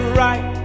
right